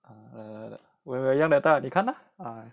err when we are young that time ah 你看 lah